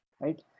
right